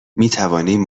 میتوانیم